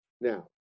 Now